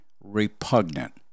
repugnant